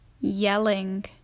Yelling